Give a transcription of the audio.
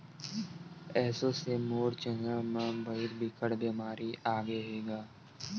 एसो से मोर चना म भइर बिकट बेमारी आगे हे गा